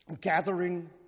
gathering